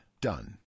Done